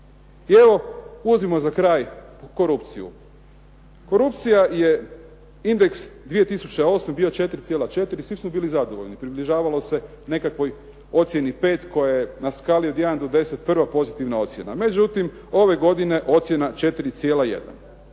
I evo ulazimo za kraj u korupciju. Korupcija je indeks 2008. bio 4,4 svi su bili zadovoljni. Približavalo se nekakvoj ocjeni 5 koja je na skali od 1 do 10 prva pozitivna ocjena. Međutim, ove godine ocjena 4,1.